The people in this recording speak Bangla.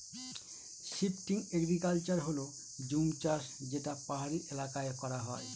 শিফটিং এগ্রিকালচার হল জুম চাষ যেটা পাহাড়ি এলাকায় করা হয়